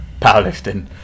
Powerlifting